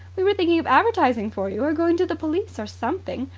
we were thinking of advertising for you, or going to the police or something.